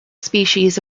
species